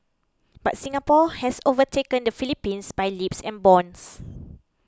but Singapore has overtaken the Philippines by leaps and bounds